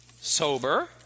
sober